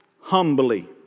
humbly